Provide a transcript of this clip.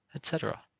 etc,